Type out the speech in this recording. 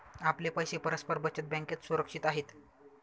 आपले पैसे परस्पर बचत बँकेत सुरक्षित आहेत